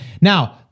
Now